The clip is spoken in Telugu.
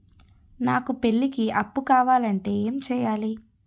నాకు పెళ్లికి అప్పు కావాలంటే ఏం చేయాలి?